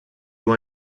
you